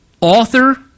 author